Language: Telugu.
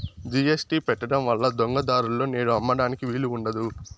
జీ.ఎస్.టీ పెట్టడం వల్ల దొంగ దారులలో నేడు అమ్మడానికి వీలు ఉండదు